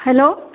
hello